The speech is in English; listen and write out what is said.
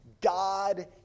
God